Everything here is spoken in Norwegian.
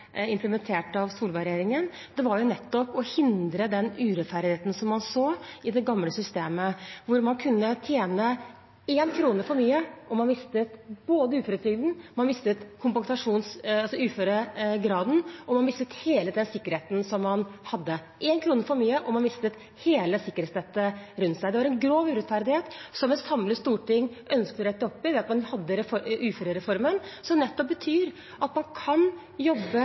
implementert av Solberg-regjeringen – var jo nettopp å hindre den urettferdigheten som man så i det gamle systemet, hvor man kunne tjene én krone for mye og man mistet både uføretrygden, uføregraden og hele den sikkerheten som man hadde. Én krone for mye – og man mistet hele sikkerhetsnettet rundt seg. Det var en grov urettferdighet, som et samlet storting ønsket å rette opp i ved at man fikk uførereformen, som nettopp betyr at man kan jobbe